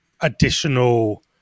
additional